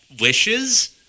Wishes